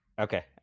Okay